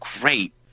great